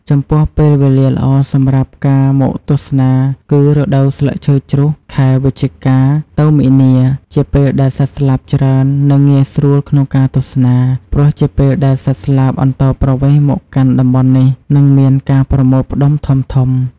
ចំពោះពេលវេលាល្អសម្រាប់ការមកទស្សនាគឺរដូវស្លឹកឈើជ្រុះខែវិច្ឆិកាទៅមីនា ជាពេលដែលសត្វស្លាបច្រើន និងងាយស្រួលក្នុងការទស្សនាព្រោះជាពេលដែលសត្វស្លាបអន្តោប្រវេសន៍មកកាន់តំបន់នេះ និងមានការប្រមូលផ្ដុំធំៗ។